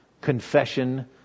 confession